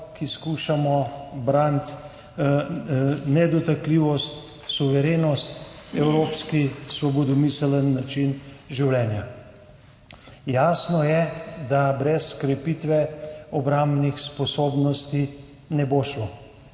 ki skušamo braniti nedotakljivost, suverenost, evropski svobodomiseln način življenja. Jasno je, da brez krepitve obrambnih sposobnosti ne bo šlo.